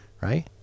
right